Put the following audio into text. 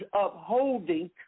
upholding